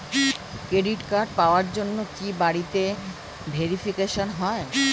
Credit card পাওয়ার জন্য কি বাড়িতে ভেরিফিকেশন হয়?